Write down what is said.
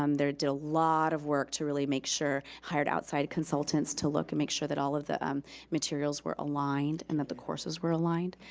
um did a lot of work to really make sure hired outside consultants to look and make sure that all of the um materials were aligned and that the courses were aligned.